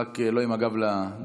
רק לא עם הגב לדוברת.